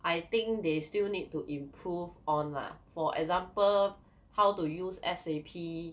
I think they still need to improve on lah for example how to use S_A_P